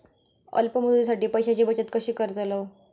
अल्प मुदतीसाठी पैशांची बचत कशी करतलव?